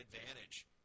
advantage